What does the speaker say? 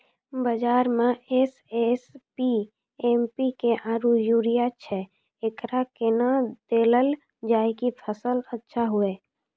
बाजार मे SSP, MPK आरु यूरिया छैय, एकरा कैना देलल जाय कि फसल अच्छा हुये?